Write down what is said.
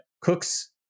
cooks